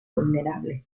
vulnerable